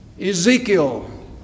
Ezekiel